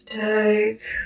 take